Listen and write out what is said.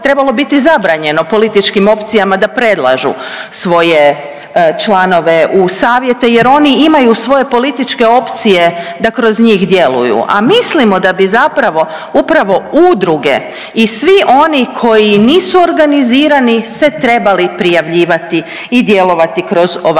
trebalo biti zabranjeno političkim opcijama da predlažu svoje članove u savjete, jer oni imaju svoje političke opcije da kroz njih djeluju, a mislimo da bi zapravo upravo udruge i svi oni koji nisu organizirani se trebali prijavljivati i djelovati kroz ovakve